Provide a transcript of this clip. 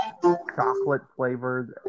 chocolate-flavored